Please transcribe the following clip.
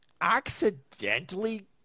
accidentally